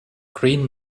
green